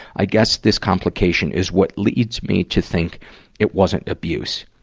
i guess this complications is what leads me to think it wasn't abuse.